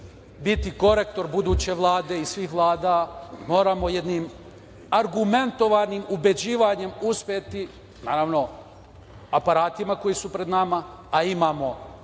biti korektor buduće Vlade i svih vlada, moramo jednim argumentovanim ubeđivanjem uspeti, naravno, aparatima koji su pred nama, a imamo